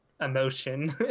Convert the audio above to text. emotion